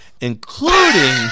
including